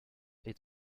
est